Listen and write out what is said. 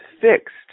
fixed